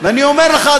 ואני אומר לך,